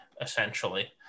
essentially